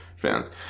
fans